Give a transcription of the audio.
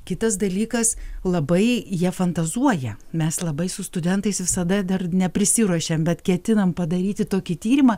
kitas dalykas labai jie fantazuoja mes labai su studentais visada dar neprisiruošėm bet ketinam padaryti tokį tyrimą